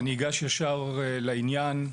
אני אגש ישר לעניין.